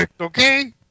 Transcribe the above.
okay